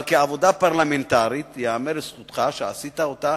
אבל כעבודה פרלמנטרית ייאמר לזכותך שעשית אותה